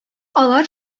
алар